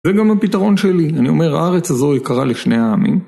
זה גם הפתרון שלי. אני אומר, הארץ הזו יקרה לשני העמים.